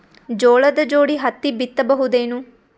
ಜೋಳದ ಜೋಡಿ ಹತ್ತಿ ಬಿತ್ತ ಬಹುದೇನು?